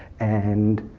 and